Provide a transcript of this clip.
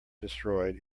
destroyed